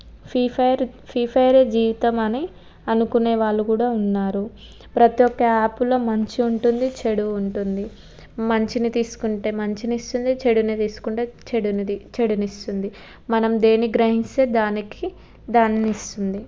free Fire Free ఫైరే జీవితం అని అనుకునే వాళ్ళు కూడా ఉన్నారు ప్రతి ఒక్క యాప్లో మంచి ఉంటుంది చెడు ఉంటుంది మంచిని తీసుకుంటే మంచిని ఇస్తుంది చెడుని తీసుకుంటే చెడునిది చెడుని ఇస్తుంది మనం దేన్ని గ్రహిస్తే దానికి దాన్ని వస్తుంది